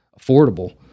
affordable